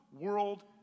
world